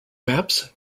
maps